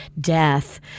death